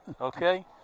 okay